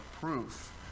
proof